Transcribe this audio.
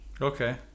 Okay